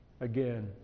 Again